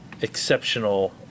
exceptional